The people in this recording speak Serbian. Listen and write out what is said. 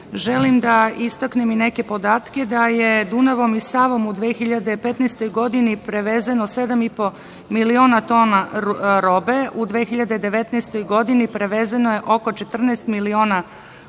želim da istaknem i neke podatke da je Dunavom i Savom u 2015. godini prevezeno 7.500.000 tona robe, u 2019. godini prevezeno je oko 14.000.000 tona,